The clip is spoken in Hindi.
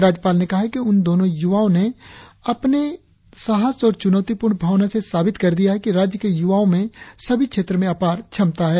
राज्यपाल ने कहा है कि उन दोनों युवाओं ने अपने साहस और चुनौतीपूर्ण भावना से साबित कर दिया है कि राज्य के युवाओं में सभी क्षेत्र में अपार क्षमता है